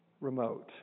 remote